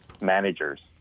managers